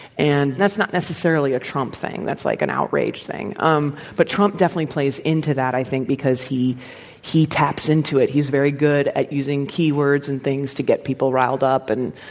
and that's not necessarily a trump thing. that's, like, an outrage thing. um but trump definitely plays into that, i think, because he he taps into he's very good at using keywords and things to get people riled up and,